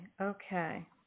Okay